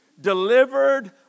Delivered